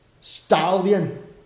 stallion